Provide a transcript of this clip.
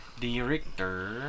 Director